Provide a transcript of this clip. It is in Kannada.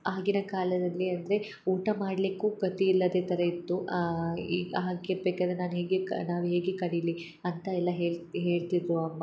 ಆಗಿನ ಕಾಲದಲ್ಲಿ ಅಂದರೆ ಊಟ ಮಾಡಲ್ಲಿಕ್ಕೂ ಗತಿ ಇಲ್ಲದೆ ಥರ ಇತ್ತು ಈಗ ಹಾಗೆ ಇರ್ಬೇಕು ಆದರೆ ನಾನು ಹೇಗೆ ಕ ನಾವು ಹೇಗೆ ಕಲಿಲಿ ಅಂತ ಎಲ್ಲ ಹೇಳ್ತಿದ್ದರು ಅಮ್ಮ